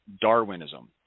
Darwinism